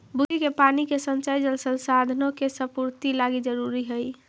बुन्नी के पानी के संचय जल संसाधनों के संपूर्ति लागी जरूरी हई